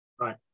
right